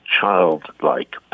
childlike